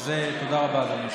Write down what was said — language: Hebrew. אז תודה רבה, אדוני היושב-ראש.